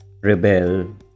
rebel